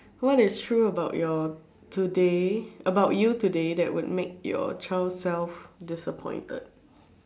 what is true about your today about you today that would make your child self disappointed